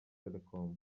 telecom